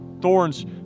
Thorns